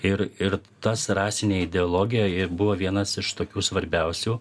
ir ir tas rasinė ideologija ir buvo vienas iš tokių svarbiausių